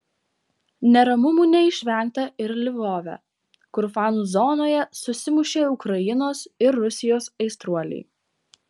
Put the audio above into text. neramumų neišvengta ir lvove kur fanų zonoje susimušė ukrainos ir rusijos aistruoliai